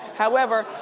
however,